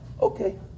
okay